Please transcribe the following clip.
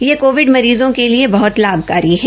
यह कोविड मरीजों के लिए बहत लाभकारी है